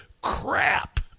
crap